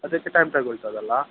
ಅದಕ್ಕೆ ಟೈಮ್ ತಗೊಳ್ತದಲ್ಲ